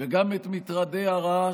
וגם את מטרדי הרעש,